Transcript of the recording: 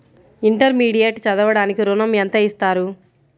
Intermediate చదవడానికి ఋణం ఎంత ఇస్తారు?